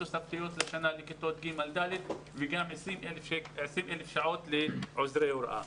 תוספתיות לשנה לכיתות ג'-ד' וגם 20,000 שעות לעוזרי הוראה.